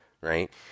right